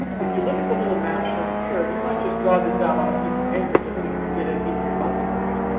if you look at the little map shown here, and you might just draw this out on a piece of paper just so you can get it into your muscle memory.